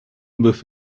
with